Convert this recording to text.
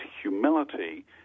humility